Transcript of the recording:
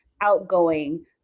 outgoing